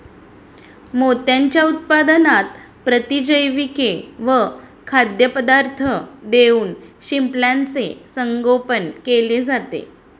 मोत्यांच्या उत्पादनात प्रतिजैविके व खाद्यपदार्थ देऊन शिंपल्याचे संगोपन केले जाते